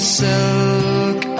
silk